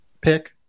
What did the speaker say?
pick